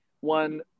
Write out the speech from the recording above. one